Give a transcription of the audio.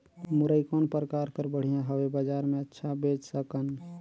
मुरई कौन प्रकार कर बढ़िया हवय? बजार मे अच्छा बेच सकन